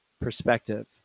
perspective